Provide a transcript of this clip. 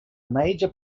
major